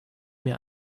mir